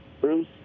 Bruce